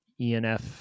enf